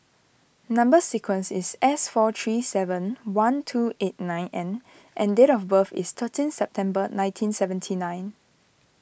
Number Sequence is S four three seven one two eight nine N and date of birth is thirteenth September nineteen seventy nine